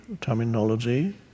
terminology